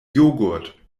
joghurt